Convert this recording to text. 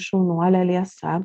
šaunuolė liesa